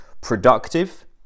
productive